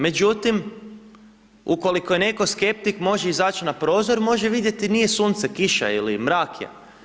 Međutim, ukoliko je netko skeptik može izaći na prozor i može vidjeti nije sunce, kiša je ili mrak je.